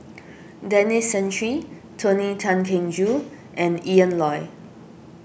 Denis Santry Tony Tan Keng Joo and Ian Loy